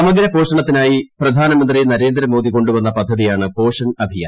സമഗ്ര പോഷണത്തിനായി പ്രധാനമന്ത്രി നരേന്ദ്ര മോദി കൊണ്ടുവന്ന പദ്ധതിയാണ് പോഷൺ അഭിയാൻ